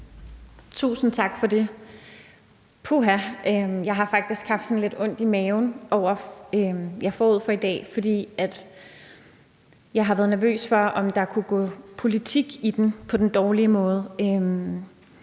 Tusind tak for det. Puha, jeg har faktisk haft sådan lidt ondt i maven forud for i dag, fordi jeg har været nervøs for, om der kunne gå politik i den på den dårlige måde.